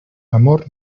amor